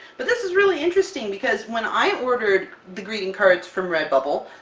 but this is really interesting because when i ordered the greeting cards from redbubble,